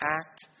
act